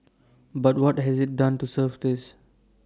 but what has IT done to serve this